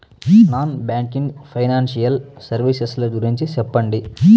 Non banking financial services ల గురించి సెప్పండి?